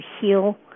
heal